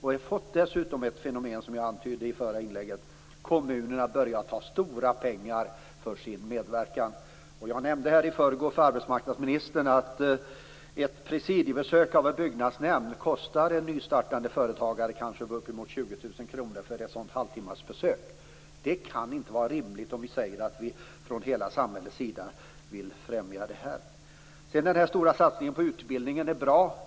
Vi har dessutom fått ett fenomen, som jag antydde i mitt förra inlägg, nämligen att kommunerna börjar ta stora pengar för sin medverkan. Jag nämnde här i förrgår för arbetsmarknadsministern att ett halvtimmes presidiebesök av en byggnadsnämnd kostar uppemot 20 000 kr för ett nystartat företag. Det kan inte vara rimligt när man från hela samhällets sida säger att man vill främja detta. Den stora satsningen på utbildning är bra.